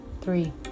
Three